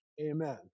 amen